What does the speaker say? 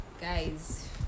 guys